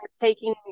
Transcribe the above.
taking